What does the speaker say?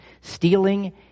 stealing